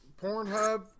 Pornhub